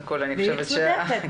היא צודקת.